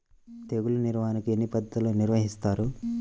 తెగులు నిర్వాహణ ఎన్ని పద్ధతుల్లో నిర్వహిస్తారు?